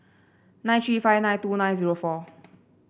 nine three five nine two nine zero four